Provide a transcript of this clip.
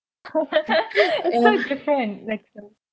it's so different like the